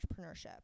entrepreneurship